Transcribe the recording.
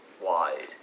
wide